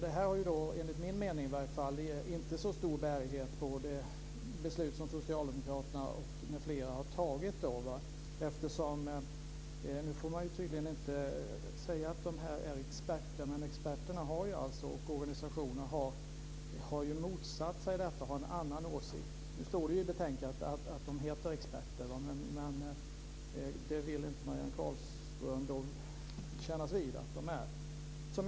Det här har, i alla fall enligt min mening, inte så stor bärighet på det beslut som socialdemokraterna m.fl. har fattat. Nu får man tydligen inte säga att det är experter, men experterna och organisationerna har ju motsatt sig detta och har en annan åsikt. De kallas experter i betänkandet, men det vill inte Marianne Carlström kännas vid att de är.